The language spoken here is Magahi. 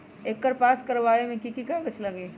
एकर पास करवावे मे की की कागज लगी?